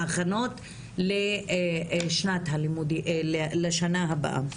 בהכנות לשנה הבאה.